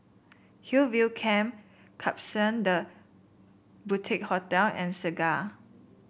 Hillview Camp Klapsons The Boutique Hotel and Segar